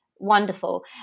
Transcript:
Wonderful